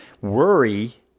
Worry